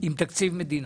עם תקציב מדינה,